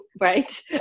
right